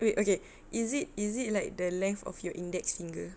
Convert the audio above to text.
wait okay is it is it like the length of your index finger